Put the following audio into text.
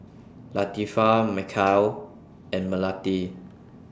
Latifa Mikhail and Melati